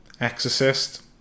Exorcist